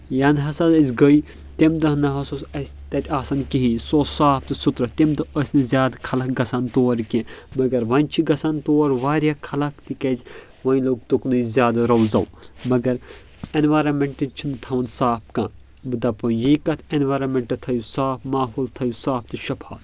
ینہٕ ہسا أسۍ گٔے تٔمۍ دۄہ نہٕ ہسا اوس اسہِ تتہِ آسان کہیٖنۍ سُہ اوس صاف تہٕ سُترٕ تٔمۍ دۄہ ٲسۍ نہٕ زیادٕ خلق گژھان تور کینٛہہ مگر وۄنۍ چھِ گژھان تور واریاہ خلق تِکیٛازِ وۄنۍ لوٚگ تُکنُے زیادٕ رو زو مگر اٮ۪نوارمنٹ چھِنہٕ تھاوان صاف کانٛہہ بہٕ دپ وۄنۍ یی کتھ اٮ۪نوارمنٹ تھٲیِو صاف ماحول تھٲیِو صاف تہٕ شفات